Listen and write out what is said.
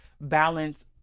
balance